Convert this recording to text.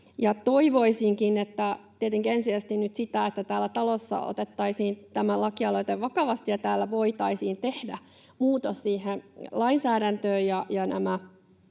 nyt sitä, että täällä talossa otettaisiin tämä lakialoite vakavasti ja täällä voitaisiin tehdä muutos siihen lainsäädäntöön ja